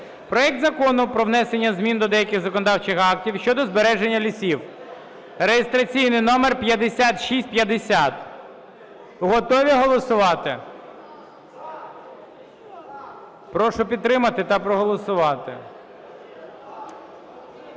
проект Закону про внесення змін до деяких законодавчих актів щодо збереження лісів (реєстраційний номер 5650). Готові голосувати? Прошу підтримати та проголосувати.